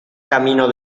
camino